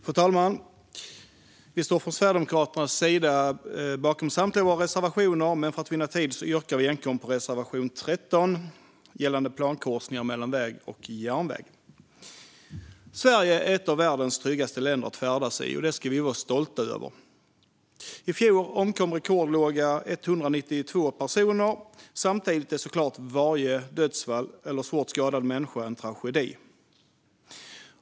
Fru talman! Vi i Sverigedemokraterna står bakom samtliga våra reservationer, men för att vinna tid yrkar vi bifall enkom till reservation 13 gällande plankorsningar mellan väg och järnväg. Sverige är ett av världens tryggaste länder att färdas i, och det ska vi vara stolta över. I fjol omkom 192 personer, vilket är rekordlågt. Samtidigt är så klart varje dödsfall eller svårt skadad människa en tragedi.